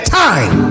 time